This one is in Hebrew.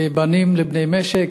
בנים לבני משק,